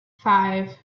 five